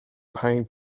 pine